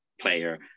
player